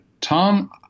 Tom